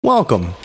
Welcome